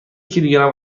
کیلوگرم